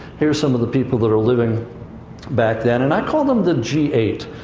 here's some of the people that are living back then. and i call them the g eight.